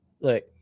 look